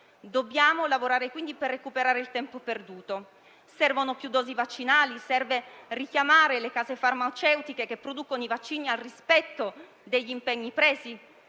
Dobbiamo lavorare, quindi, per recuperare il tempo perduto. Servono più dosi vaccinali e serve richiamare le case farmaceutiche che producono i vaccini al rispetto degli impegni presi.